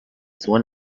sohn